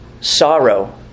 sorrow